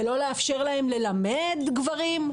ולא לאפשר להם ללמד גברים,